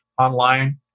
online